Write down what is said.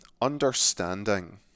understanding